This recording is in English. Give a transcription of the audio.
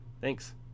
Thanks